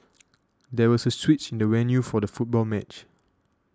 there was a switch in the venue for the football match